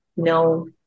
no